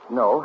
no